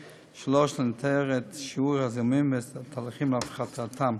3. לנטר את שיעור הזיהומים ואת התהליכים להפחתתם.